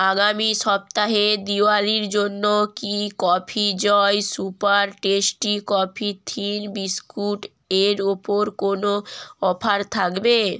আগামী সপ্তাহে দিওয়ালির জন্য কি coffee joy super tasty coffee thin biscuit এর ওপর কোনো অফার থাকবে